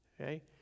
Okay